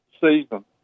season